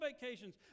vacations